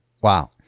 Wow